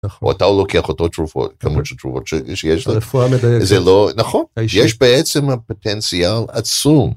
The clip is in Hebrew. או אתה לוקח אותו תרופות, כמות של תרופות שיש לך, זה לא, נכון, יש בעצם פוטנציאל עצום.